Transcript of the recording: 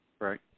right